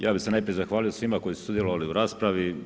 Ja bi se najprije zahvalio svima koji su sudjelovali u raspravu.